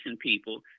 people